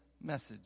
message